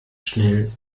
schnell